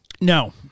No